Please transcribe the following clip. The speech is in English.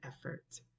effort